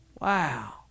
Wow